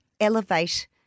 elevate